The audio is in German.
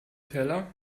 teller